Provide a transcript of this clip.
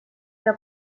era